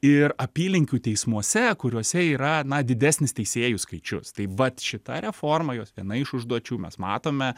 ir apylinkių teismuose kuriuose yra na didesnis teisėjų skaičius tai vat šita reforma jos viena iš užduočių mes matome